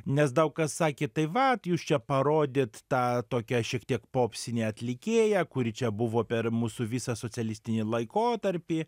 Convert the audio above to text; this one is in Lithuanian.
nes daug kas sakė tai vat jūs čia parodėt tą tokią šiek tiek popsinę atlikėją kuri čia buvo per mūsų visą socialistinį laikotarpį